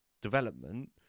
development